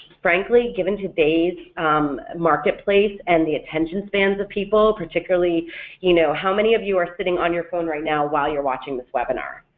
frankly, given today's marketplace and the attention spans of people, particularly you know how many of you are sitting on your phone right now while you're watching the webinar?